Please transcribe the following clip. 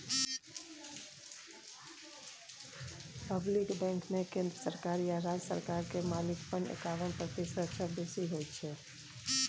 public बैंकमे केंद्र सरकार या राज्य सरकार केर मालिकपन एकाबन प्रतिशत सँ बेसी होइ छै